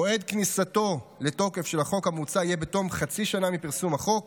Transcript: מועד כניסתו לתוקף של החוק המוצע יהיה בתום חצי שנה מפרסום החוק,